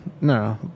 No